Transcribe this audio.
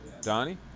Donnie